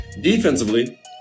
Defensively